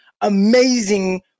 amazing